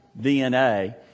DNA